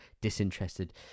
disinterested